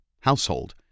household